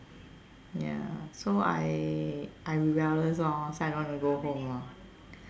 ya so I I rebellious lor so I don't want to go home lor